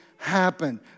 Happen